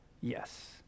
yes